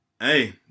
Hey